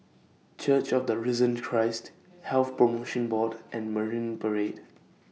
Church of The Risen Christ Health promotion Board and Marine Parade